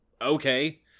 okay